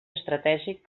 estratègic